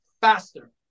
faster